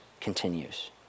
continues